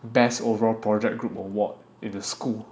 best overall project group award in the school